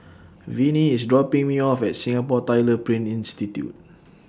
Vinie IS dropping Me off At Singapore Tyler Print Institute